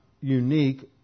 unique